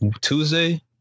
Tuesday